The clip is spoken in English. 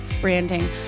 branding